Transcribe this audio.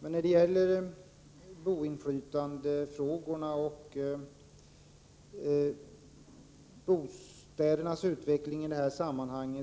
Men rörande frågorna om boendeinflytande och utvecklingen av bostäderna i detta sammanhang